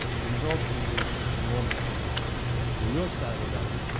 and the results will be enormous what we can get from that. so we're real excited about it.